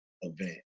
event